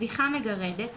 פריחה מגרדת,